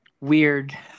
weird